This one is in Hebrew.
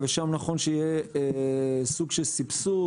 ושם נכון שיהיה סוג של סבסוד,